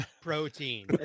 protein